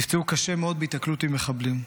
נפצעו קשה מאוד בהיתקלות עם מחבלים.